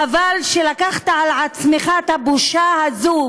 חבל שלקחת על עצמך את הבושה הזאת,